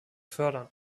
fördern